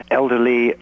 elderly